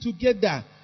together